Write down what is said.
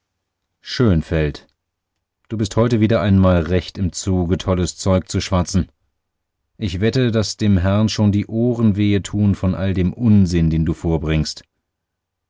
schönfeld du bist heute wieder einmal recht im zuge tolles zeug zu schwatzen ich wette daß dem herrn schon die ohren wehe tun von all dem unsinn den du vorbringst